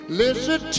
listen